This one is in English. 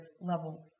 level